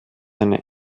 eine